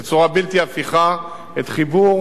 בצורה בלתי הפיכה את חיבור